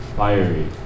Fiery